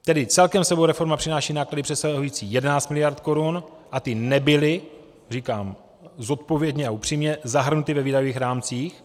Tedy celkem s sebou reforma přináší náklady přesahující 11 miliard korun a ty nebyly, říkám zodpovědně a upřímně, zahrnuty ve výdajových rámcích.